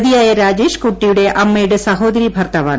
പ്രതിയായ രാജേഷ് കുട്ടിയുടെ അമ്മയുടെ സഹോദരി ഭർത്താവാണ്